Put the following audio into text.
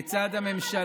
תסתכל.